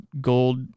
gold